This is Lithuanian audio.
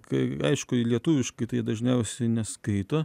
kai aišku lietuviškai tai jie dažniausiai neskaito